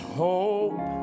hope